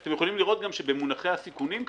אתם יכולים לראות גם שבמונחי הסיכונים,